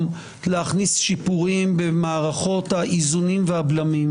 להכניס שיפורים במערכות האיזונים והבלמים.